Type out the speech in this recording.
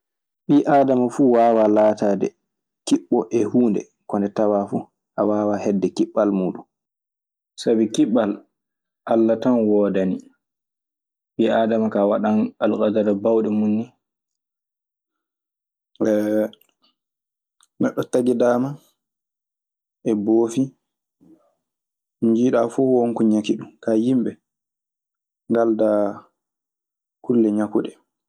Ɓi adama fu, wawa latade kiɓo e hunde ko nde tawa fu, awawa heɓude kiɓal mu. Sabi kiɓɓal Alla tan woodani. Ɓii aadama kaa waɗan alkadara baawɗe mun nii. neɗɗo tagidaama e boofi. Mo njiyɗa fuu won ko ñaki ɗum. Ka yimɓe ngaldaa kulle ñaguɗe.